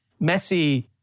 Messi